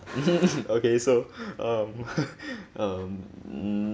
okay so um um